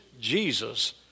Jesus